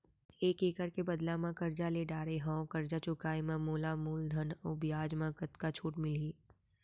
एक एक्कड़ के बदला म करजा ले डारे हव, करजा चुकाए म मोला मूलधन अऊ बियाज म कतका छूट मिलही?